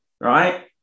right